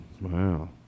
Wow